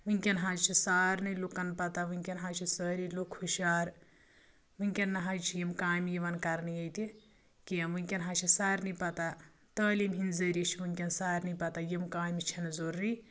وٕنکٮ۪ن حظ چھُ سارنٕے لُکَن پتہٕ وٕنکٮ۪ن حظ چھِ سٲری لُکھ ہُشہار وٕنکٮ۪ن نہ حظ چھِ یم کامہِ یِوان کرنہٕ ییٚتہِ کیٛنٚہہ وٕنکٮ۪ن حظ چھِ سارنٕے پتہٕ تعلیٖم ہِندِ ذٔریعہٕ چھِ وٕنکٮ۪ن سارنٕے پتہ یم کامہِ چھنہٕ ضروٗری